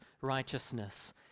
righteousness